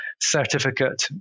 certificate